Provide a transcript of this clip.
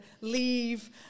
leave